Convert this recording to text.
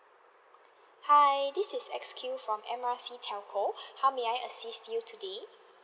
hi this is X_Q from M R C telco how may I assist you today